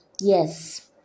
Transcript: Yes